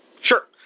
sure